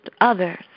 others